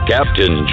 Captain